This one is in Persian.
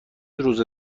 روز